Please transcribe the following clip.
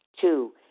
Two